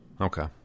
Okay